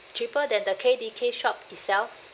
cheaper than the K_D_K shop itself